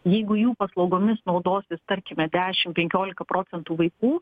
jeigu jų paslaugomis naudosis tarkime dešimt penkiolika procentų vaikų